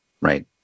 Right